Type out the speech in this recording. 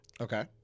Okay